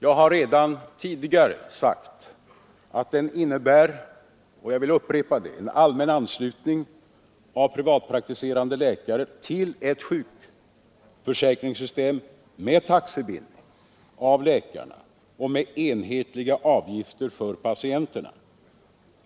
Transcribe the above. Jag har redan tidigare sagt att den innebär — och jag upprepar det — en allmän anslutning av privatpraktiserande läkare till ett sjukförsäkringssystem med taxebindning av läkarna och med enhetliga avgifter för patienterna.